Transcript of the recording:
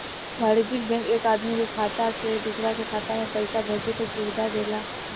वाणिज्यिक बैंक एक आदमी के खाता से दूसरा के खाता में पईसा भेजे के सुविधा देला